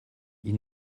ils